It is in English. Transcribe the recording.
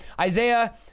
isaiah